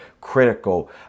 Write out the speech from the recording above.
critical